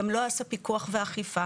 גם לא עשה פיקוח ואכיפה.